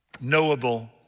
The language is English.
knowable